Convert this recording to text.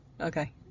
Okay